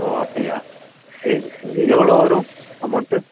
ஓ அப்படியா சரி சரி எவ்வளோ வரும் அமௌண்ட்டு